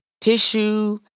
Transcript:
tissue